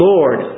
Lord